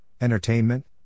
entertainment